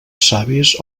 savis